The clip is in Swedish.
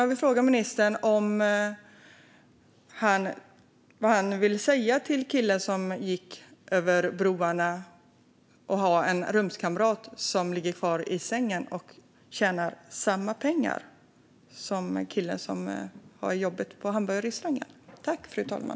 Jag vill fråga ministern vad han vill säga till killen som gick över broarna till jobbet på hamburgerrestaurangen men hade en rumskamrat som låg kvar i sängen och tjänade lika mycket pengar.